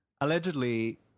allegedly